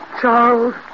Charles